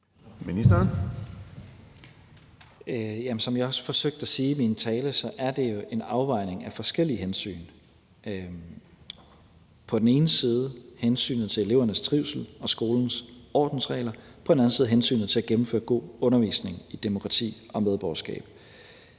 Som jeg også forsøgte at sige i min tale, er det jo en afvejning af forskellige hensyn. På den ene side er der hensynet til elevernes trivsel og skolens ordensregler, og på den anden side er der hensynet til at gennemføre god undervisning i demokrati og medborgerskab.